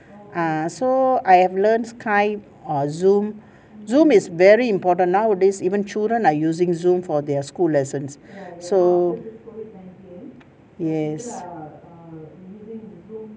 err so I have learnt skype or zoom zoom is very important nowadays even children are using zoom for their school lessons so yes